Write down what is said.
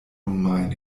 meine